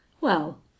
Well